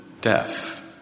death